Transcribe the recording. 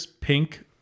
pink